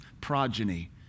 progeny